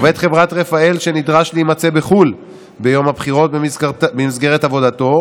עובד חברת רפאל שנדרש להימצא בחו"ל ביום הבחירות במסגרת עבודתו,